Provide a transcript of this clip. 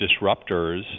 disruptors